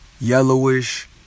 yellowish